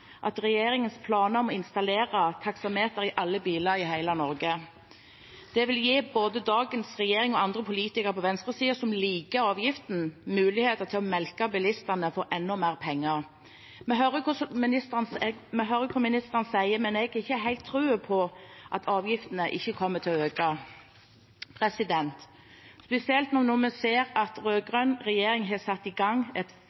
regjeringens planer om å installere taksameter i alle biler i hele Norge. Det vil gi både dagens regjering og andre politikere på venstresiden som liker avgifter, muligheter til å melke bilistene for enda mer penger. Vi hører hva ministeren sier, men jeg har ikke helt tro på at avgiftene ikke kommer til å øke, spesielt nå når vi ser at